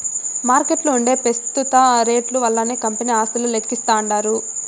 మార్కెట్ల ఉంటే పెస్తుత రేట్లు వల్లనే కంపెనీ ఆస్తులు లెక్కిస్తాండారు